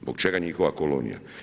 Zbog čega njihova kolonija?